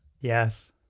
Yes